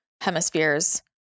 hemispheres